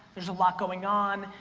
there's a lot going on.